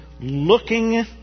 looking